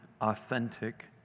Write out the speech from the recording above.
authentic